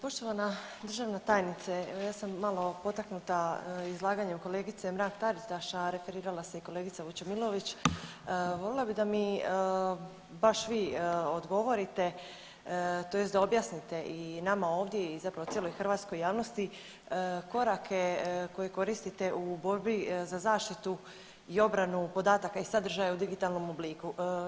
Poštovana državna tajnice evo ja sam malo potaknuta izlaganjem kolegice Mrak Taritaš, a referirala se i kolegica Vučemilović, voljela bih da mi baš vi odgovorite tj. da objasnite i nama ovdje i zapravo cijeloj hrvatskoj javnosti korake koje koristite u borbi za zaštitu i obranu podataka iz sadržaja u digitalnom obliku.